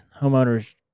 homeowners